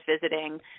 visiting